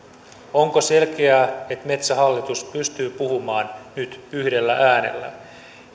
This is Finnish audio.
onko selkeää että metsähallitus pystyy puhumaan nyt yhdellä äänellä